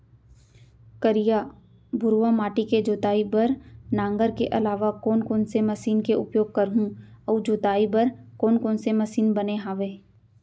करिया, भुरवा माटी के जोताई बर नांगर के अलावा कोन कोन से मशीन के उपयोग करहुं अऊ जोताई बर कोन कोन से मशीन बने हावे?